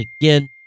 Again